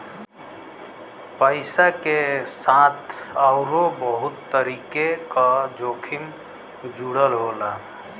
पइसा के साथ आउरो बहुत तरीके क जोखिम जुड़ल होला